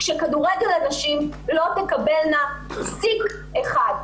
כשכדורגל הנשים לא תקבלנה פסיק אחד.